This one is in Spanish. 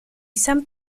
san